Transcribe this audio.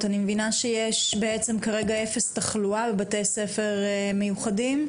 אני מבינה שיש בעצם כרגע אפס תחלואה בבתי ספר מיוחדים?